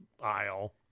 aisle